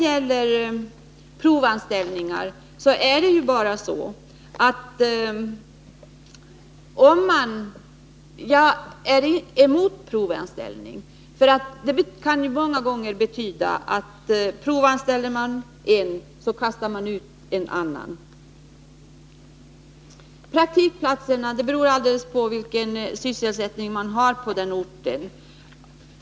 Jag är emot provanställningar, för de kan många gånger betyda att provanställer man en så kastar man ut en annan. Praktikplatserna beror på vilken sysselsättning man har på orten.